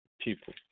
people